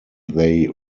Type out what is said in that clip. they